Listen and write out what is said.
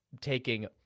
taking